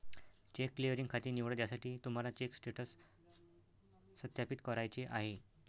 check clearing खाते निवडा ज्यासाठी तुम्हाला चेक स्टेटस सत्यापित करायचे आहे